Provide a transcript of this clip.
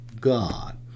God